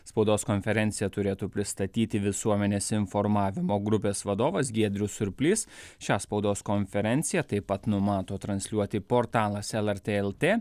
spaudos konferenciją turėtų pristatyti visuomenės informavimo grupės vadovas giedrius surplys šią spaudos konferenciją taip pat numato transliuoti portalas lrt lt